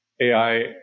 AI